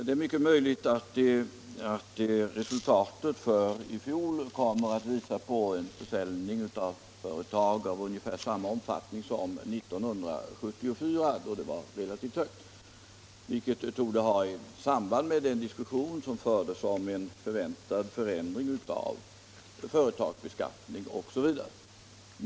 Det är mycket möjligt att resultatet från i fjol kommer att visa på en försäljning av företag av ungefär samma omfattning som under 1974, då det var relativt högt. Detta borde ha samband med den diskussion som fördes om en förväntad förändring av företagsbeskattning osv.